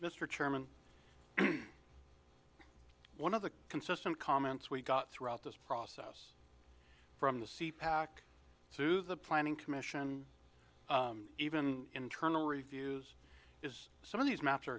mr chairman one of the consistent comments we got throughout this process from the c pac to the planning commission even internal reviews is some of these ma